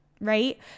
right